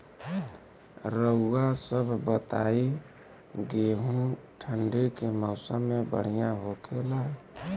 रउआ सभ बताई गेहूँ ठंडी के मौसम में बढ़ियां होखेला?